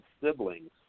siblings